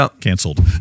canceled